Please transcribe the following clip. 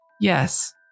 Yes